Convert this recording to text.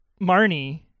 Marnie